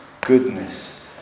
goodness